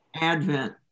advent